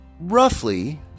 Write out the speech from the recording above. roughly